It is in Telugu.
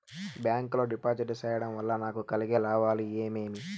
బ్యాంకు లో డిపాజిట్లు సేయడం వల్ల నాకు కలిగే లాభాలు ఏమేమి?